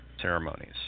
ceremonies